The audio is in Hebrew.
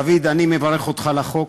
דוד, אני מברך אותך על החוק,